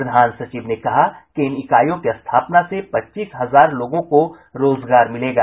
प्रधान सचिव ने कहा कि इन इकाईयों की स्थापना से पच्चीस हजार लोगों को रोजगार मिलेगा